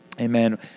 Amen